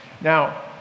Now